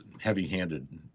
heavy-handed